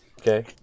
Okay